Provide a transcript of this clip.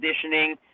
conditioning